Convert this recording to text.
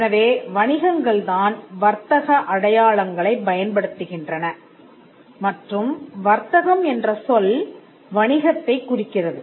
எனவே வணிகங்கள் தான் வர்த்தக அடையாளங்களை பயன்படுத்துகின்றன மற்றும் வர்த்தகம் என்ற சொல் வணிகத் தைக் குறிக்கிறது